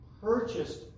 purchased